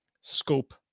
scope